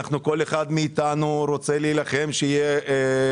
כל אחד מאתנו רוצה להילחם על כך שגם יהיו